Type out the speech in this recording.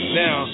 now